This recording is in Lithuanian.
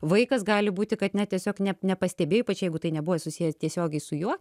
vaikas gali būti kad ne tiesiog ne nepastebėjo ypač jeigu tai nebuvo susiję tiesiogiai su juo